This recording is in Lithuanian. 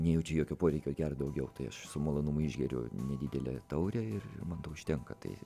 nejaučiu jokio poreikio gert daugiau tai aš su malonumu išgeriu nedidelę taurę ir man to užtenka tai